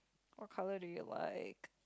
what colour do you like